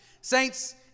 Saints